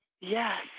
Yes